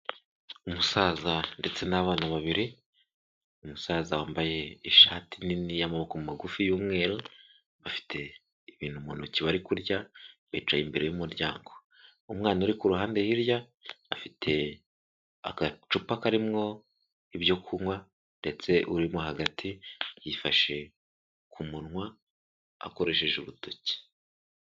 Umusaza ndetse n'abana babiri, umusaza wambaye ishati nini y'amoboko magufi y'umweru bafite ibintu mu ntoki bari kurya bicaye imbere y'umuryango, umwana uri kuruhande hirya afite agacupa karimwo ibyo kunywa ndetse urimo hagati yifashe ku munwa akoresheje urutoki.